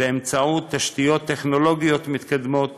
באמצעות תשתיות טכנולוגיות מתקדמות